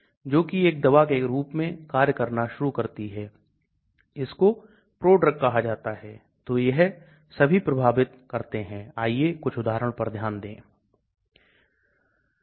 उदाहरण के लिए यह protease inhibitor है इन्हें protease inhibitor कहते हैं और इनका R नाइट्रोजन पर होता है ताकि आप अलग अलग R समूहों को देख सकें benzyloxycarbonyl 8 quinolinylsulphonyl 2 4 diflurophenylmethyl 2 pyridyl methyl तो विभिन्न R समूह हैं